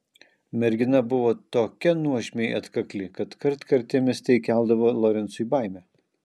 mergina buvo tokia nuožmiai atkakli kad kartkartėmis tai keldavo lorencui baimę